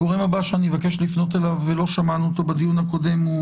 הגורם הבא שאני אבקש לפנות אליו ולא שמענו אותו בדיון הקודם הוא